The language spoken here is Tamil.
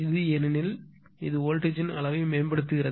இது ஏனெனில் இது வோல்டேஜ் ன் அளவை மேம்படுத்துகிறது